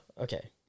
Okay